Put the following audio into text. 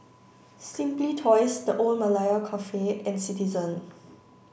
simply Toys The Old Malaya Cafe and Citizen